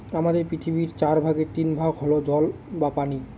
আমাদের পৃথিবীর চার ভাগের তিন ভাগ হল জল বা পানি